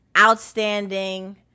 outstanding